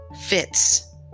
fits